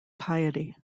piety